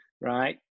right